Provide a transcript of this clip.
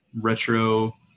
retro